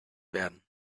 werden